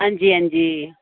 हां जी हां जी